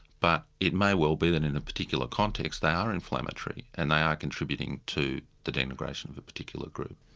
but it may well be that in a particular context, they are inflammatory, and they are contributing to the denigration of a particular group.